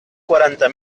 quaranta